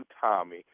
Tommy